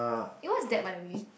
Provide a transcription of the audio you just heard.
eh what is that by the way